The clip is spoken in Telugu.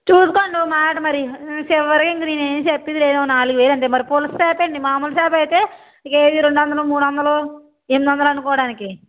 చూసుకోండి ఒక మాటు మరి చివరగా నేను ఇంకేం చెప్పేది లేదు నాలుగు వేలు అంతే మరి పులస చేప అండి మామూలు చేప అయితే కేజీ రెండు వందలు మూడు వందలు ఎనిమిది వందలు అనుకోడానికి